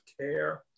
care